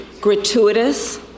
gratuitous